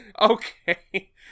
Okay